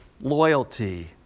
loyalty